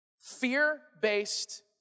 fear-based